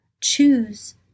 choose